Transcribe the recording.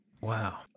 Wow